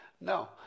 No